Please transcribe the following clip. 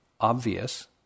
obvious